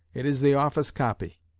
it is the office copy